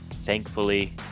Thankfully